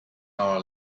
our